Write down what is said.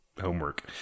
homework